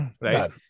right